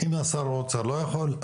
אם שר האוצר לא יכול,